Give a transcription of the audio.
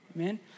Amen